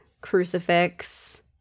crucifix